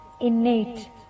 innate